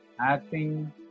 Acting